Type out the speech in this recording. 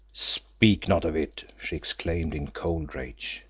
speak not of it, she exclaimed in cold rage.